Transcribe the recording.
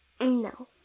No